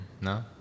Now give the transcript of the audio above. No